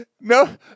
no